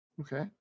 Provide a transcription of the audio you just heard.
okay